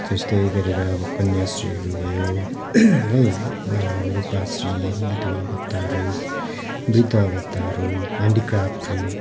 त्यस्तै गरेर अब कन्याश्रीहरू भयो है रूपाश्री विधुवा भत्ताहरू वृद्ध भत्ताहरू ह्यान्डिक्यापहरू